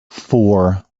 four